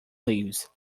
leaves